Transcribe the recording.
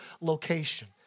location